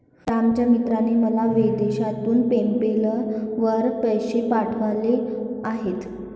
रामच्या मित्राने मला विदेशातून पेपैल वर पैसे पाठवले आहेत